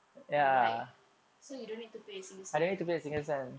oh like so you don't need to pay a single cent